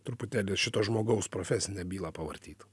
truputėlį šito žmogaus profesinę bylą pavartyt